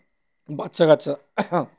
হ্যা বাচ্চা কাচ্চা